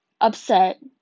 upset